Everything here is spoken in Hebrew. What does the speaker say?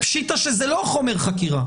פשיטא שזה לא חומר חקירה.